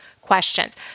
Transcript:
questions